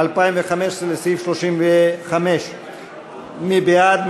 2015 לסעיף 35, מי בעד?